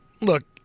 look